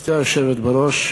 גברתי היושבת בראש,